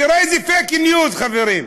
תראו איזה "פייק ניוז", חברים.